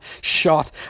shot